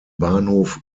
bahnhof